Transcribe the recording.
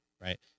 Right